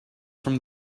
from